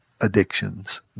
addictions